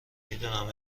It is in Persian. میدونم